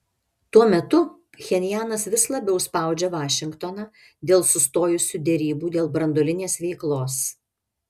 tuo metu pchenjanas vis labiau spaudžia vašingtoną dėl sustojusių derybų dėl branduolinės veiklos